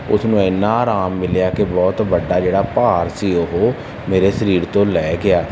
ਉਸ ਨੂੰ ਇੰਨਾ ਅਰਾਮ ਮਿਲਿਆ ਕਿ ਬਹੁਤ ਵੱਡਾ ਜਿਹੜਾ ਭਾਰ ਸੀ ਉਹ ਮੇਰੇ ਸਰੀਰ ਤੋਂ ਲਹਿ ਗਿਆ